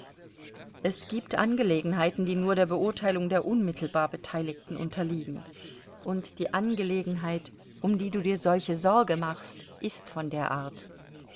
es gibt angelegenheiten die nur der beurteilung der unmittelbar beteiligten unterliegen und die angelegenheit um die du dir solche sorge machst ist von der art